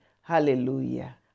Hallelujah